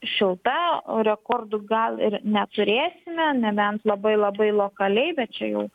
šilta rekordų gal ir neturėsime nebent labai labai lokaliai bet čia jau